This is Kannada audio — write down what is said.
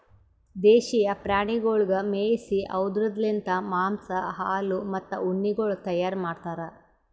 ದೇಶೀಯ ಪ್ರಾಣಿಗೊಳಿಗ್ ಮೇಯಿಸಿ ಅವ್ದುರ್ ಲಿಂತ್ ಮಾಂಸ, ಹಾಲು, ಮತ್ತ ಉಣ್ಣೆಗೊಳ್ ತೈಯಾರ್ ಮಾಡ್ತಾರ್